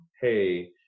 hey